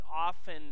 often